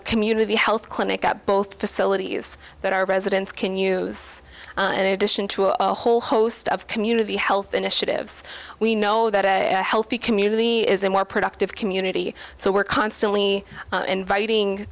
a community health clinic up both facilities that our residents can use and in addition to a whole host of community health initiatives we know that a healthy community is a more productive community so we're constantly inviting